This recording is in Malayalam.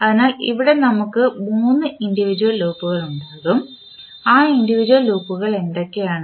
അതിനാൽ ഇവിടെ നമുക്ക് മൂന്ന് ഇൻഡിവിജ്വൽ ലൂപ്പുകൾ ഉണ്ടാകും ആ ഇൻഡിവിജ്വൽ ലൂപ്പുകൾ എന്തൊക്കെയാണ്